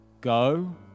go